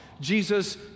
Jesus